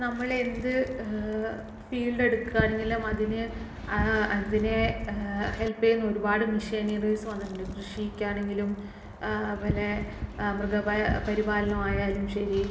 ഇപ്പോൾ നമ്മളെന്ത് ഫീൽഡെടുക്കുവാണെങ്കിലും അതിന് അതിനെ ഹെൽപ്പ് ചെയ്യുന്ന ഒരുപാട് മിഷനറീസ് വന്നിട്ടുണ്ട് കൃഷിക്കാണെങ്കിലും അതുപോലെ മൃഗ പരിപാലനം ആയാലും ശരി